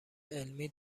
علمی